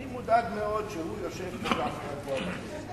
אני מודאג מאוד שהוא יושב כל כך רגוע בכנסת.